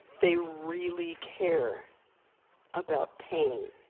they really care about pain.